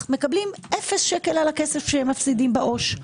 מקבלים 0 שקל על הכסף שהם מפסידים בעו"ש.